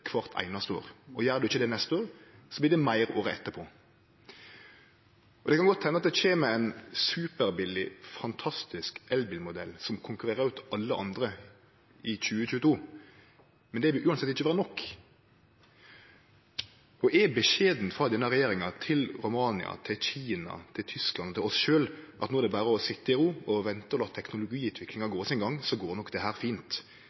kvart einaste år. Gjer ein ikkje det neste år, blir det meir året etterpå. Det kan godt hende at det kjem ein superbillig, fantastisk elbilmodell som konkurrerer ut alle andre i 2022, men det vil uansett ikkje vere nok. Er beskjeden frå denne regjeringa til Romania, til Kina, til Tyskland, til oss sjølv, at nå er det berre å sitje i ro og vente og la teknologiutviklinga gå sin gong, så går nok det her fint,